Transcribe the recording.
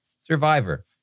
survivor